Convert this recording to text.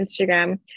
Instagram